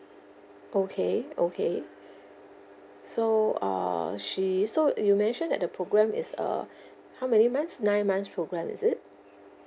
okay okay so err she's so you mention that the programme is err how many months nine months programme is it